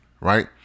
right